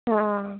हाँ